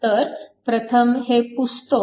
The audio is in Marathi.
तर प्रथम हे पुसतो